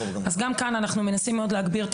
גם כאן אנחנו מנסים מאוד להגביר את